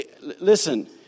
Listen